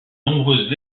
nombreuses